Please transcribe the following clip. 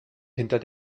hinter